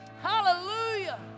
Hallelujah